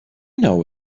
know